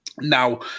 Now